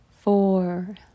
four